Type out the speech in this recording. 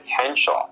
potential